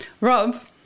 Rob